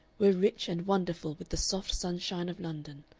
were rich and wonderful with the soft sunshine of london,